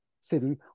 city